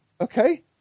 Okay